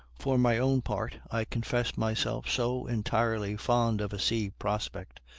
for my own part, i confess myself so entirely fond of a sea prospect,